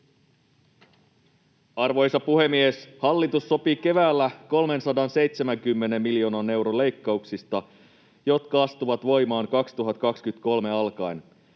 Arvoisa puhemies! Hallitus sopi keväällä 370 miljoonan euron leikkauksista, jotka astuvat voimaan 2023 alkaen.